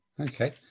Okay